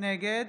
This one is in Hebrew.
נגד